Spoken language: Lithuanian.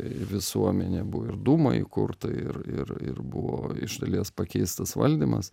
visuomenė buvo ir dūma įkurta ir ir ir buvo iš dalies pakeistas valdymas